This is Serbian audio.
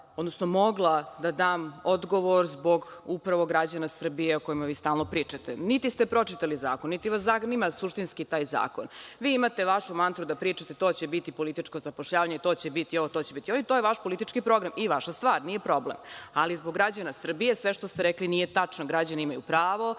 odnosno mogla da dam odgovor zbog, upravo zbog građana Srbije, o kojima vi stalno pričate. Niti ste pročitali zakon, niti vas zanima suštinski, taj zakon. Vi imate vašu mantru da pričate to će biti političko zapošljavanje, to će biti ovo, to će biti ono, ali to je vaš politički program, i vaša stvar, nije problem, ali zbog građana Srbije, sve što ste rekli nije tačno. Građani imaju pravo